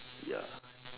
ya